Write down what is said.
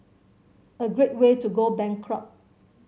a great way to go bankrupt